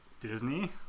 Disney